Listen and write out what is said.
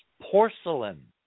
porcelain